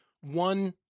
one